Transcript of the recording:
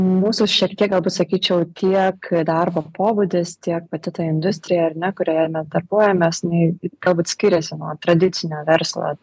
mūsų šiek tiek galbūt sakyčiau tiek darbo pobūdis tiek pati ta industrija ar ne kurioje mes darbuojamės jinai galbūt skiriasi nuo tradicinio verslo